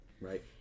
Right